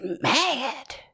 mad